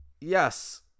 Yes